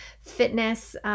fitness